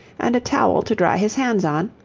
and a towel to dry his hands on,